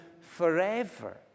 forever